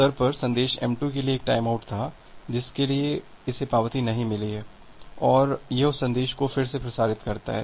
तो इस स्तर पर सन्देश m2 के लिए एक टाइमआउट था जिसके लिए इसे पावती नहीं मिली है और यह उस संदेश को फिर से प्रसारित करता है